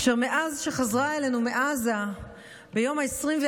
אשר מאז שחזרה אלינו מעזה ביום ה-24